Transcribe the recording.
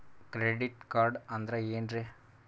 Credit card ಅಂದ್ರ ಏನ್ರೀ?